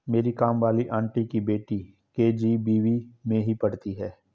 मेरी काम वाली आंटी की बेटी के.जी.बी.वी में ही पढ़ती है